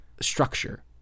structure